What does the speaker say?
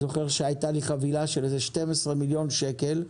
אני זוכר שהייתה לי חבילה של איזה 12 מיליון שקל.